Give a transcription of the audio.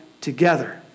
Together